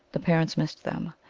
the parents missed them.